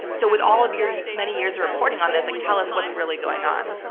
so with all of your your many years reporting on this, like tell us what's really going on.